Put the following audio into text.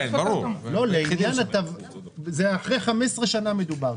מדובר כאן על אחרי 15 שנים.